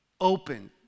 open